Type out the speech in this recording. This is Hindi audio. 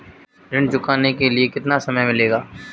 ऋण चुकाने के लिए कितना समय मिलेगा?